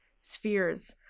spheres